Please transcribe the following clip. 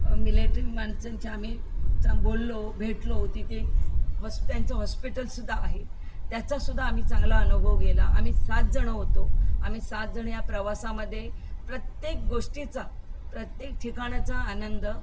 military माणसांशी आम्ही चांग बोललो भेटलो तिथे हॉस् त्यांचं हॉस्पिटलसुद्दा आहे त्याचासुद्धा आम्ही चांगला अनुभव गेला आम्ही सात जणं होतो आम्ही सात जणं या प्रवासामध्ये प्रत्येक गोष्टीचा प्रत्येक ठिकाणाचा आनंद